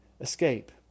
escape